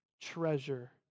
treasure